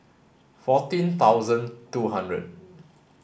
fourteen thousand two hundred